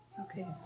Okay